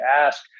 ask